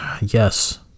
yes